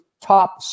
top